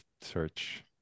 search